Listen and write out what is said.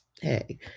hey